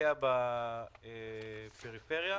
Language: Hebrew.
להשתקע בפריפריה.